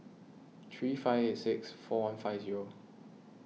three five eight six four one five zero